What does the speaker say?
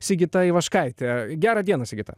sigita ivaškaitė gera diena sigita